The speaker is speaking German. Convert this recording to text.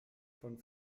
von